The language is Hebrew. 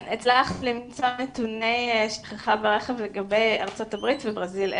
אז עקרונית הצלחנו למצוא נתוני שכחה ברכב לגבי ארצות הברית וברזיל.